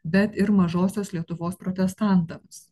bet ir mažosios lietuvos protestantams